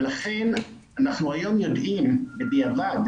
אנחנו היום יודעים בדיעבד